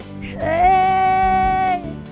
Hey